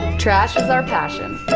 trash is our passion.